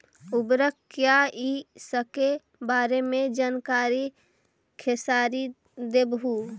उर्वरक क्या इ सके बारे मे जानकारी खेसारी देबहू?